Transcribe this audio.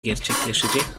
gerçekleşecek